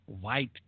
white